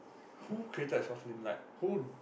who created the short film like who